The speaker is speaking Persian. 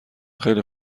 خیلی